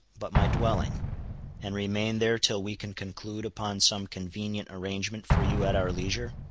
but my dwelling and remain there till we can conclude upon some convenient arrangement for you at our leisure?